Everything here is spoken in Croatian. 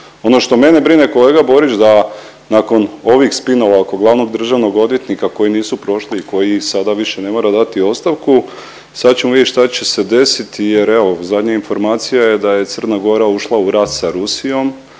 Ono što mene brine kolega Borić da nakon ovih spinova oko glavnog državnog odvjetnika koji nisu prošli i koji sada više ne mora dati ostavku, sad ćemo vidjet šta će se desiti jer evo zadnja informacija je da je Crna Gora ušla u rat sa Rusijom,